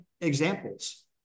examples